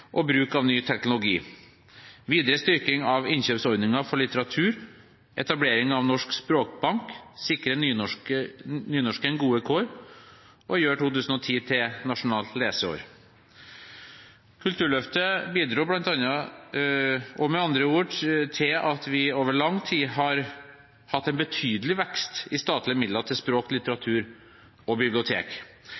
og bruk av ny teknologi. Innkjøpsordningene for litteratur skal styrkes. Etablere en norsk Språkbank. Sikre nynorsken gode kår. Gjøre 2010 til et nasjonalt leseår.» Kulturløftet bidro med andre ord til at vi over lang tid har hatt en betydelig vekst i statlige midler til språk, litteratur og bibliotek.